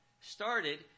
started